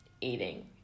eating